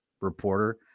reporter